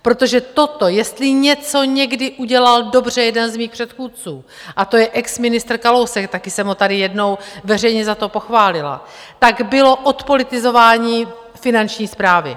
Protože toto jestli něco někdy udělal dobře jeden z mých předchůdců, a to je exministr Kalousek taky jsem ho tady jednou veřejně za to pochválila , tak bylo odpolitizování Finanční správy.